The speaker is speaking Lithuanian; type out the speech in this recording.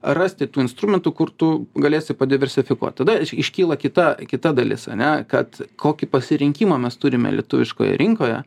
rasti tų instrumentų kur tu galėsi diversifikuot tada iškyla kita kita dalis ane kad kokį pasirinkimą mes turime lietuviškoje rinkoje